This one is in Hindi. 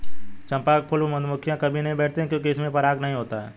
चंपा के फूल पर मधुमक्खियां कभी नहीं बैठती हैं क्योंकि इसमें पराग नहीं होता है